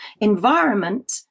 Environment